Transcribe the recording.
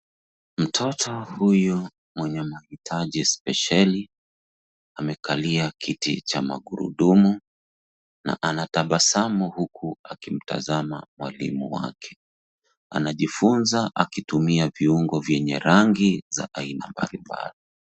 Mtoto huyu mwenye mahitaji spesheli amekalia kiti cha magurudumu na anatabasamu huku akimtazama mwalimu wake. Ajifunza akitumia viungo vyenye rangi za aina mbalimbali.